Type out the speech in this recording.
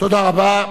תודה רבה.